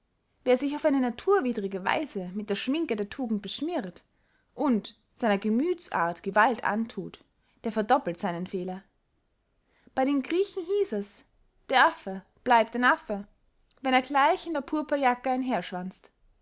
wer sich auf eine naturwidrige weise mit der schminke der tugend beschmiert und seiner gemüthsart gewalt anthut der verdoppelt seinen fehler bey den griechen hieß es der affe bleibt ein affe wenn er gleich in der purpurjacke